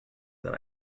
that